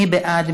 מי בעד?